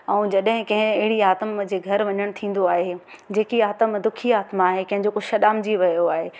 ऐं जॾहिं के अहिड़ी आत्म जे घर वञण थींदो आहे जेकी आत्म दुखी आत्मा आहे कंहिंजो कुझु छॾांमजी वियो आहे